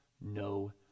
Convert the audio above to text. No